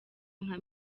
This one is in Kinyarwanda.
nka